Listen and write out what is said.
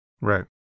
Right